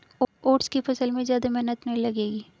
oats की फसल में ज्यादा मेहनत नहीं लगेगी